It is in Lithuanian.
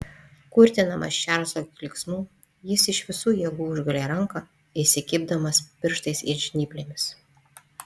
kurtinamas čarlzo klyksmų jis iš visų jėgų užgulė ranką įsikibdamas pirštais it žnyplėmis